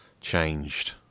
changed